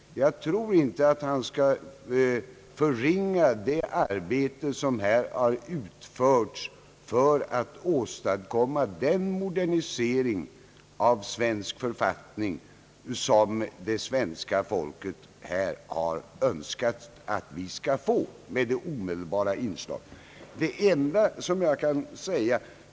Jag tror inte att han skall förringa det arbete som här har utförts för att åstadkomma den modernisering av svensk författning som det svenska folket har önskat att vi skall få.